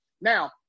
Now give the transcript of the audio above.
Now